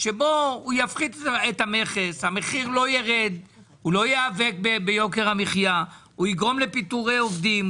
שבו אם הוא יפחית את המכס המחיר לא ירד אלא יגרום לפיטורי עובדים,